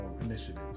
initiatives